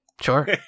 Sure